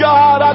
God